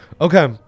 Okay